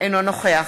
אינו נוכח